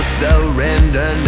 surrender